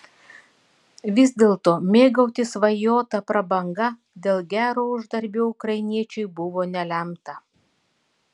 vis dėlto mėgautis svajota prabanga dėl gero uždarbio ukrainiečiui buvo nelemta